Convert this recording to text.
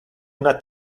una